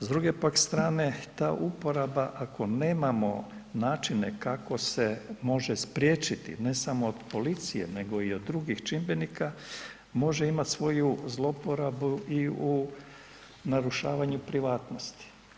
S druge pak strane, ta uporaba, ako nemamo načine kako se može spriječiti ne samo od policije nego i od drugih čimbenika, može imati svoju zlouporabu i u narušavanju privatnosti.